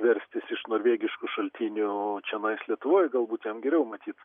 verstis iš norvegiškų šaltinių čionais lietuvoj galbūt jam geriau matyt